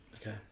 Okay